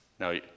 Now